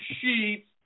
sheets